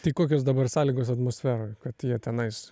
tai kokios dabar sąlygos atmosferoj kad jie tenais